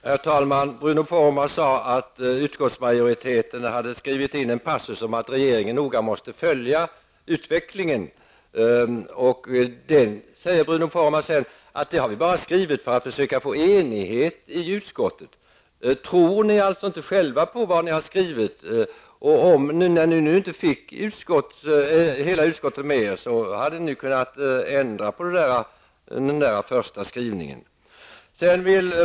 Herr talman! Bruno Poromaa sade att utskottsmajoriteten hade skrivit in en passus om att regeringen noga måste följa utvecklingen. Bruno Poromaa hävdar att den har skrivits in för att försöka få enighet i utskottet. Tror ni inte själva på vad vi har skrivit? När ni nu inte fick hela utskottet med er hade ni kunnat ändra på den första skrivningen.